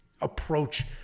approach